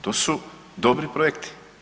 To su dobri projekti.